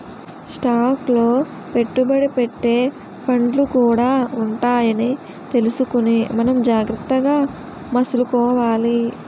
stock లో పెట్టుబడి పెట్టే ఫండ్లు కూడా ఉంటాయని తెలుసుకుని మనం జాగ్రత్తగా మసలుకోవాలి